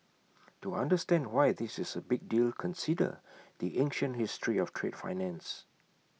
to understand why this is A big deal consider the ancient history of trade finance